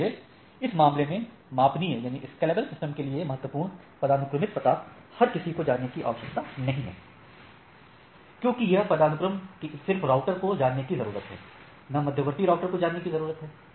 इसलिए इस मामले में मापनीयस्केलेबल सिस्टम के लिए महत्वपूर्ण पदानुक्रमित पता हर किसी को जानने की आवश्यकता नहीं है क्योंकि यह पदानुक्रम सिर्फ राउटर को जानने की जरूरत है या मध्यवर्ती राउटर को जानने की ज़रूरत है